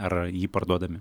ar jį parduodami